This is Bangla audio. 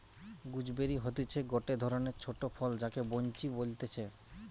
গুজবেরি হতিছে গটে ধরণের ছোট ফল যাকে বৈনচি বলতিছে